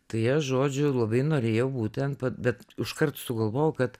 tai aš žodžiu labai norėjau būtent bet iškart sugalvojau kad